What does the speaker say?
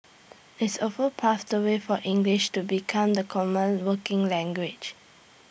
it's also paved the way for English to become the common working language